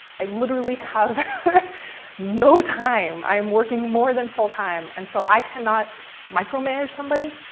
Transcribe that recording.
i literally have no time. i am working more than full time, and so i cannot micromanage somebody,